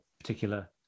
particular